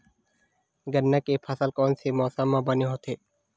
गन्ना के फसल कोन से मौसम म बने होथे?